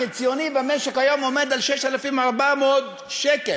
השכר החציוני במשק היום עומד על 6,400 שקל,